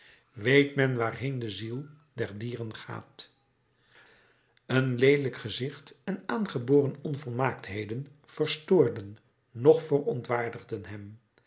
weet men waarheen de ziel der dieren gaat een leelijk gezicht en aangeboren onvolmaaktheden verstoorden noch verontwaardigden hem